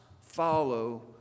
follow